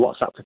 WhatsApp